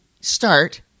start